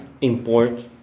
import